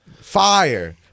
fire